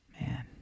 Man